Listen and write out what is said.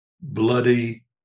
bloody